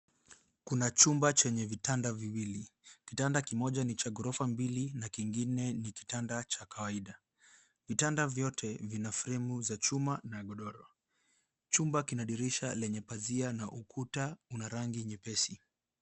Kuna chumba chenye vitanda viwili. Kitanda kimoja ni cha ghorofa mbili na kingine ni kitanda cha kawaida. Vitanda vyote vina fremu za chuma na godoro. Chumba kina dirisha lenye pazia na ukuta una rangi nyepesi.